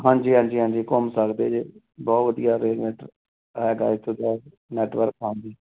ਹਾਂਜੀ ਹਾਂਜੀ ਹਾਂਜੀ ਘੁੰਮ ਸਕਦੇ ਜੇ ਬਹੁਤ ਵਧੀਆ ਅਤੇ ਨੈਟ ਹੈਗਾ ਇੱਥੋਂ ਦਾ ਨੈਟਵਰਕ ਹਾਂਜੀ